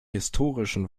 historischen